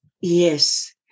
Yes